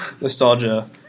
Nostalgia